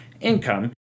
income